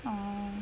orh